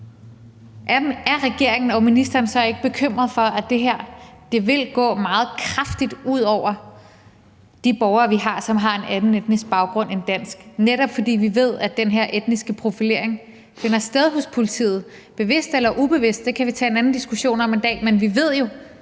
Er regeringen og ministeren så ikke bekymret for, at det her vil gå meget kraftigt ud over de borgere, vi har, som har en anden etnisk baggrund end dansk, netop fordi vi ved, at den her etniske profilering finder sted hos politiet? Om det er bevidst eller ubevidst, kan vi tage en anden diskussion om en dag, men vi ved jo